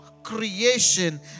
creation